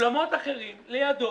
אולמות אחרים לידו,